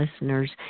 listeners